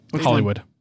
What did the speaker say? hollywood